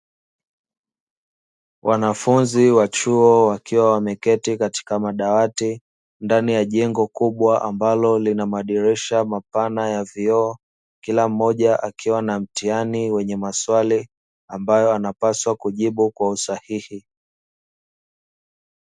Wanafunzi wa chuo wakiwa wameketi katika madawati ndani ya jengo kubwa ambalo lina madirisha mapana ya vioo kila mmoja akiwa na mtihani wenye maswali ambayo anapaswa kujibu kwa usahihi.